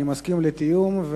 אני מסכים לתיאום,